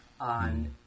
on